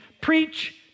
Preach